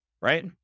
right